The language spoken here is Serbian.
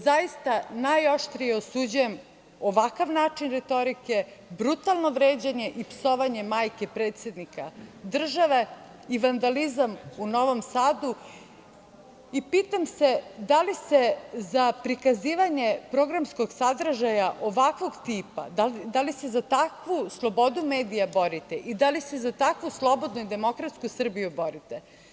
Zaista najoštrije osuđujem ovakav način retorike, brutalno vređanje i psovanje majke predsednika države i vandalizam u Novom Sadu i pitam se da li se za prikazivanje programskog sadržaja ovakvog tipa, da li se za takvu slobodu medija borite i da li se za takvu slobodnu i demokratsku Srbiju borite?